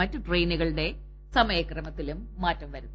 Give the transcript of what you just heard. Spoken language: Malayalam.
മറ്റ് ട്രെയിനുകളുടെ സമയക്രമത്തിലും മാറ്റം വരുത്തി